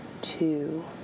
two